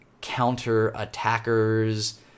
counter-attackers